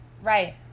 Right